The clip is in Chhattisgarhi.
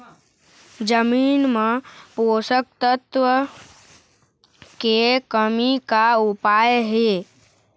जमीन म पोषकतत्व के कमी का उपाय हे?